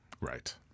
Right